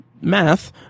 math